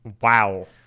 wow